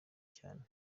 cyane